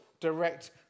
direct